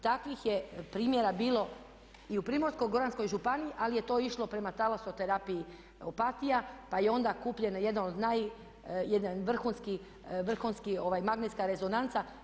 Takvih je primjera bilo i u Primorsko-goranskoj županiji ali je to išlo prema Talasoterapiji Opatija, pa je onda kupljen jedan vrhunski, magnetska rezonanca.